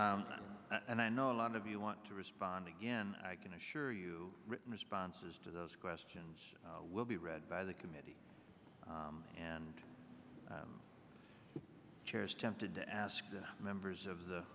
time and i know a lot of you want to respond again i can assure you written responses to those questions will be read by the committee and the chair is tempted to ask the members of the